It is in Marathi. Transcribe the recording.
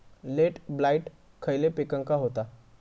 लेट ब्लाइट खयले पिकांका होता?